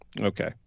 Okay